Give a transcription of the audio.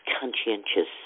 conscientious